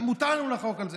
מותר לנו לחלוק על זה.